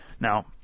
Now